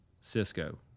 Cisco